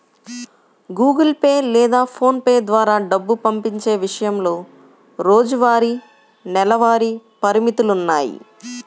Google Pay లేదా PhonePe ద్వారా డబ్బు పంపించే విషయంలో రోజువారీ, నెలవారీ పరిమితులున్నాయి